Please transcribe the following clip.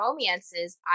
romances